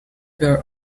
were